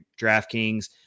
DraftKings